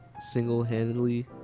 single-handedly